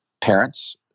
parents